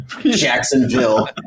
Jacksonville